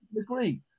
Agree